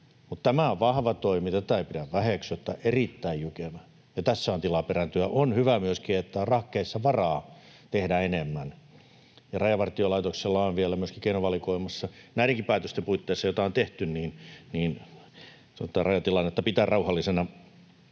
tämä on vahva toimi, tätä ei pidä väheksyä. Tämä on erittäin jykevä, ja tässä on tilaa perääntyä. On hyvä myöskin, että on rahkeissa varaa tehdä enemmän. Rajavartiolaitoksella on vielä myöskin keinovalikoimassa — näidenkin päätösten puitteissa, joita on tehty — rajatilannetta pitää rauhallisena.